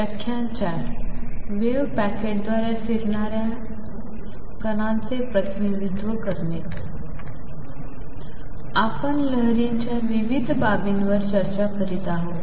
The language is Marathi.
वेव्ह पॅकेटद्वारे फिरणार्या कणांचे प्रतिनिधित्व करणे आपण लहरींच्या विविध बाबीवर चर्चा करीत आहोत